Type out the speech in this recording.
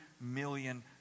million